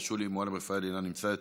שולי מועלם-רפאלי, אינה נמצאת,